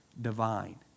divine